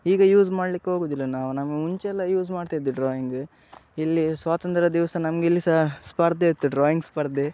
ಈಗ ಯೂಸ್ ಮಾಡಲಿಕ್ಕೆ ಹೋಗೋದಿಲ್ಲ ನಾವು ನಮ್ಮ ಮುಂಚೆಯೆಲ್ಲ ಯೂಸ್ ಮಾಡ್ತಿದ್ದರು ಡ್ರಾಯಿಂಗ್ ಇಲ್ಲಿ ಸ್ವಾತಂತ್ರ್ಯ ದಿವಸ ನಮ್ಗೆ ಇಲ್ಲಿ ಸಹ ಸ್ಪರ್ಧೆಯಿತ್ತು ಡ್ರಾಯಿಂಗ್ ಸ್ಪರ್ಧೆ